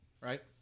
right